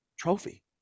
trophy